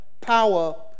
power